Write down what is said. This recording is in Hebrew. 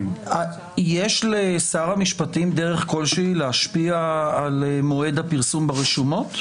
יש לשר המשפטים דרך כלשהי להשפיע על מועד הפרסום ברשומות?